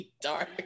dark